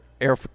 Air